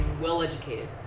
well-educated